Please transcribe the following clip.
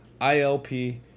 ilp